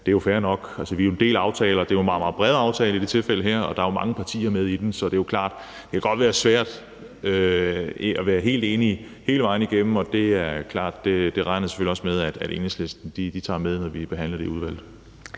Det er jo fair nok. Altså, vi er jo en del partier. Det er jo en meget, meget bred aftale i det tilfælde her, og der er mange partier med i den, så det er jo klart, at det godt kan være svært at være helt enig hele vejen igennem, og det er klart, at jeg selvfølgelig også regner med, at Enhedslisten tager det med, når vi behandler det i udvalget.